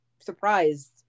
surprised